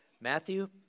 Matthew